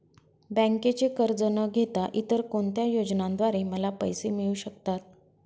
बँकेचे कर्ज न घेता इतर कोणत्या योजनांद्वारे मला पैसे मिळू शकतात?